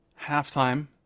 halftime